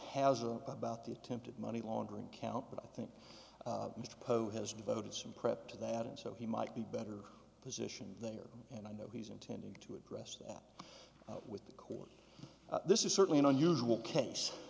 has a about the attempted money laundering count but i think mr poe has devoted some prep to that and so he might be better positioned there and i know he's intending to address that with the court this is certainly an unusual case